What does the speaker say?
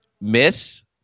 Miss